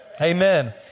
Amen